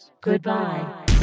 Goodbye